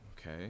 okay